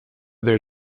their